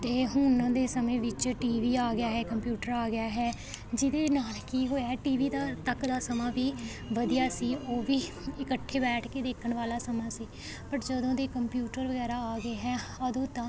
ਅਤੇ ਹੁਣ ਦੇ ਸਮੇਂ ਵਿੱਚ ਟੀ ਵੀ ਆ ਗਿਆ ਹੈ ਕੰਪਿਊਟਰ ਆ ਗਿਆ ਹੈ ਜਿਹਦੇ ਨਾਲ ਕੀ ਹੋਇਆ ਟੀ ਵੀ ਦਾ ਤੱਕ ਦਾ ਸਮਾਂ ਵੀ ਵਧੀਆ ਸੀ ਉਹ ਵੀ ਇਕੱਠੇ ਬੈਠ ਕੇ ਦੇਖਣ ਵਾਲਾ ਸਮਾਂ ਸੀ ਬੱਟ ਜਦੋਂ ਦੇ ਕੰਪਿਊਟਰ ਵਗੈਰਾ ਆ ਗਏ ਹੈ ਉਦੋਂ ਤਾਂ